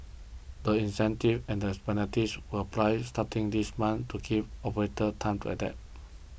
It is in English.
the incentives and penalties will apply starting this month to give operators time to adapt